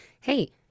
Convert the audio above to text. hey